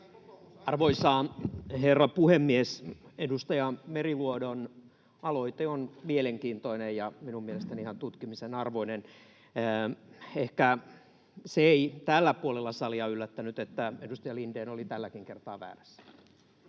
Arvoisa herra puhemies! Edustaja Meriluodon aloite on mielenkiintoinen, ja minun mielestäni ihan tutkimisen arvoinen. Ehkä se ei tällä puolella salia yllättänyt, että edustaja Lindén oli tälläkin kertaa väärässä.